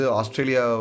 Australia